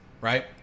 Right